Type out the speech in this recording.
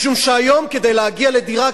משום שהיום כדי להגיע לדירה,